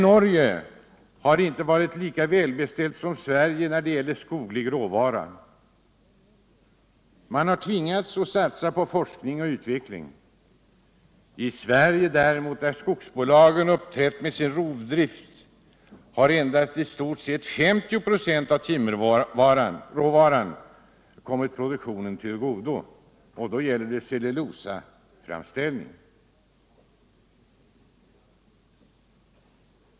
Norge, som inte har varit lika välbeställt som Sverige när det gäller skoglig råvara, har tvingats att satsa på forskning och utveckling. I Sverige däremot, där skogsbolagen uppträtt med sin rovdrift, har endast i stort sett 50 96 av timmerråvaran kommit produktionen till godo, och då gäller det cellulosaframställning.